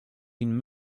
been